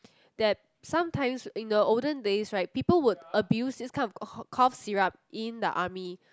that sometimes in the olden days right people would abuse this kind cough syrup in the army